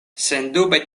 sendube